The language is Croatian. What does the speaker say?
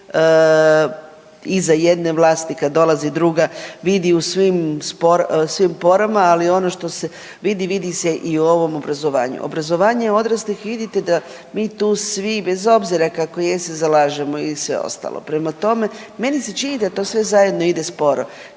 iza jedne vlasti kad dolazi druga vidi u svim porama, ali ono što se vidi vidi se i u ovom obrazovanju. Obrazovanje odraslih vidite da mi tu svi bez obzira kako je se zalažemo i sve ostalo. Prema tome, meni se čini da to sve zajedno ide sporo,